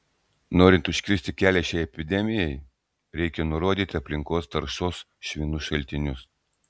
norint užkirsti kelią šiai epidemijai reikia nurodyti aplinkos taršos švinu šaltinius